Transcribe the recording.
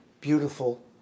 beautiful